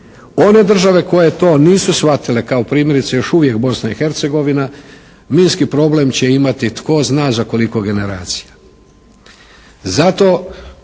One države koje to nisu shvatile kao primjerice još uvijek Bosna i Hercegovina minski problem će imati za tko za koliko generacija.